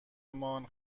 مان